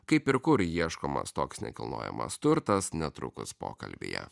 kaip ir kur ieškomas toks nekilnojamas turtas netrukus pokalbyje